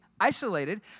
isolated